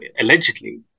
allegedly